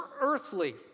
earthly